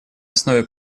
основе